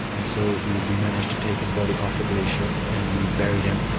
and so we we managed to take his body off the glacier and we buried him.